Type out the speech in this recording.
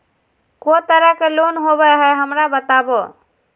को तरह के लोन होवे हय, हमरा बताबो?